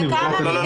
כל נפגעת --- לא,